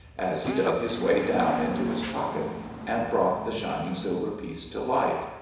as he dug his way down into his pocket and brought the shining silver piece to light.